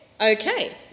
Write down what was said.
Okay